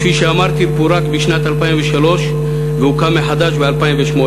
כפי שאמרתי פורק בשנת 2003 והוקם מחדש ב-2008,